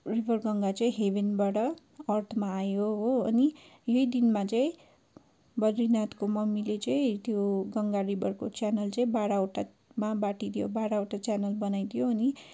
river Ganga चाहिँ हेभेनबाट अर्थमा आयो हो अनि यही दिनमा चाहिँ बद्रीनाथको मम्मीले चाहिँ त्यो गङ्गा रिभरको च्यानल चाहिँ बाह्रवटामा बाँडिदियो बाह्रवटा च्यानल बनाइदियो अनि